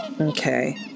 Okay